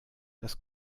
das